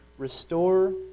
Restore